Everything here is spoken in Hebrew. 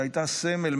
שהייתה סמל,